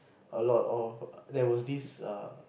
a lot of there was this err